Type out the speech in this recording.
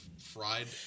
fried